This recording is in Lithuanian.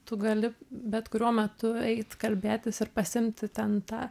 tu gali bet kuriuo metu eit kalbėtis ir pasiimti ten tą